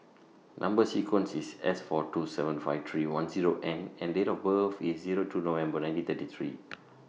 Number sequence IS S four two seven five three one Zero N and Date of birth IS Zero two November nineteen thirty three